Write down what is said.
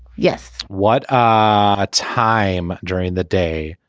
yes. what ah time. during the day.